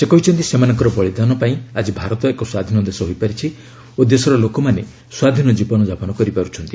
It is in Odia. ସେ କହିଛନ୍ତି ସେମାନଙ୍କର ବଳୀଦାନ ପାଇଁ ଆଜି ଭାରତ ଏକ ସ୍ୱାଧୀନ ଦେଶ ହୋଇପାରିଛି ଓ ଦେଶର ଲୋକମାନେ ସ୍ୱାଧୀନ ଜୀବନ ଯାପନ କରିପାରୁଛନ୍ତି